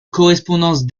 correspondance